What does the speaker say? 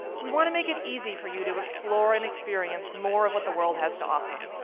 we want to make it easy for you to explore and experience more of what the world has to offer.